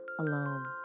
alone